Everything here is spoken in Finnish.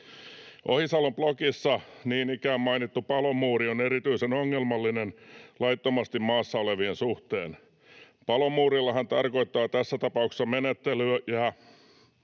Ohisalon blogissa niin ikään mainittu palomuuri on erityisen ongelmallinen laittomasti maassa olevien suhteen. Palomuurilla hän tarkoittaa tässä tapauksessa menettelyjä, joiden